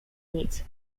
nic